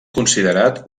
considerat